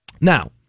Now